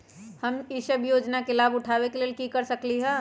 हम सब ई योजना के लाभ उठावे के लेल की कर सकलि ह?